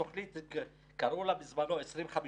לתוכנית קראו בזמנו "2050",